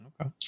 Okay